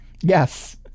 Yes